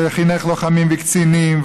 וחינך לוחמים וקצינים,